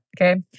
Okay